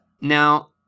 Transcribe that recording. Now